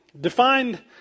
defined